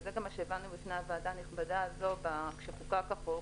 וזה גם מה שהבנו מהוועדה הנכבדה הזאת כשחוקק החוק